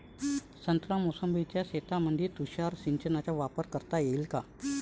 संत्रा मोसंबीच्या शेतामंदी तुषार सिंचनचा वापर करता येईन का?